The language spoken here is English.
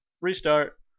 Restart